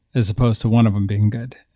as opposed to one of them being good.